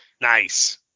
Nice